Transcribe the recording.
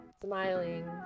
smiling